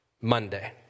Monday